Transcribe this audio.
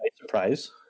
surprise